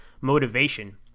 motivation